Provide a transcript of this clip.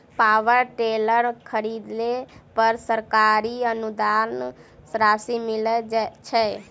Power tiller खरीदे पर सरकारी अनुदान राशि मिलय छैय?